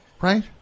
right